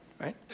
Right